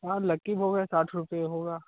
हाँ लक्की भोग है साठ रुपये होगा